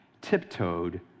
tiptoed